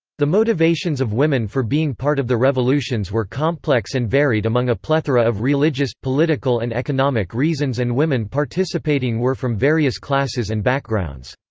the motivations of women for being part of the revolutions were complex and varied among a plethora of religious, political and economic reasons and women participating were from various classes and backgrounds.